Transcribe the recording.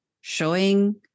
showing